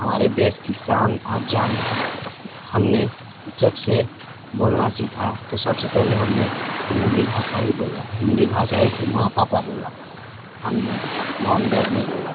हमारे देश की शान और जान है हमने जबसे बोलना सीखा तो सबसे पहले हमने हिंदी भाषा ही बोला हिन्दी भाषा ही माँ पापा ही बोला हमने मॉम डैड नहीं बोला